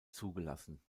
zugelassen